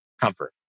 comfort